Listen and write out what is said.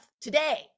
today